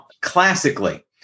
classically